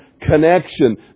connection